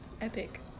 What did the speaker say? epic